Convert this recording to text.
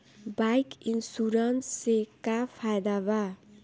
Bike insurance से का फायदा बा?